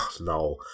no